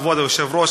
כבוד היושב-ראש,